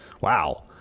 wow